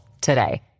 today